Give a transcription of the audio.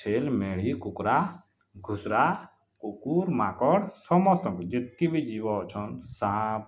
ଛେଲ୍ ମେଲି କୁକୁଡ଼ା ଘୁଷୁରା କୁକୁର୍ ମାକଡ଼୍ ସମସ୍ତଙ୍କୁ ଯେତ୍କି ବି ଜୀବ ଅଛନ୍ ସାପ୍